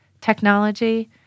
technology